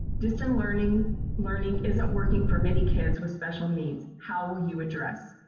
distant learning learning isn't working for many kids with special needs. how will you address?